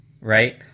right